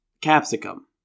capsicum